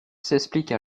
s’explique